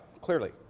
clearly